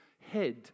head